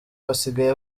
basigaye